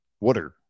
water